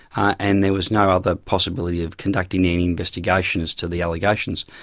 and there was no other possibility of conducting any investigation as to the allegations.